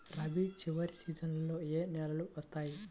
రబీ చివరి సీజన్లో ఏ నెలలు వస్తాయి?